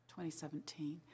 2017